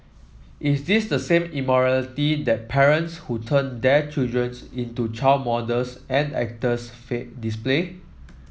is this the same immorality that parents who turn their children's into child models and actors display